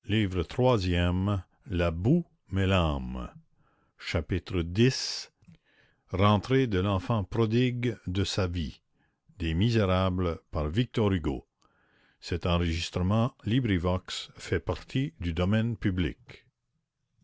chapitre x rentrée de l'enfant prodigue de sa vie